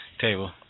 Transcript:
table